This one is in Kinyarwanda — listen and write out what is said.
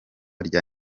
rya